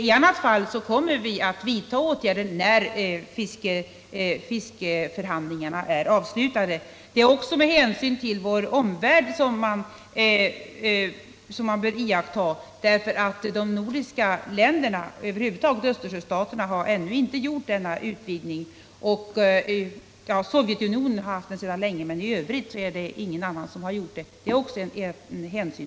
I annat fall kommer vi att vidta åtgärder när fiskeförhandlingarna är avslutade. Vi bör också ta hänsyn till vår omvärld. Östersjöstaterna har ännu inte gjort denna utvidgning, med undantag för Sovjetunionen som för länge sedan gjorde den.